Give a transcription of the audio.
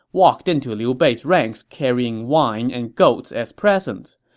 walked into liu bei's ranks carrying wine and goats as presents.